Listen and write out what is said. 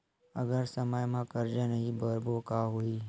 अगर समय मा कर्जा नहीं भरबों का होई?